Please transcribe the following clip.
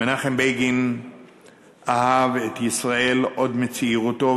מנחם בגין אהב את ישראל עוד מצעירותו,